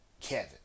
Kevin